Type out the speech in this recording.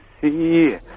see